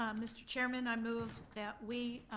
um mr. chairman, i move that we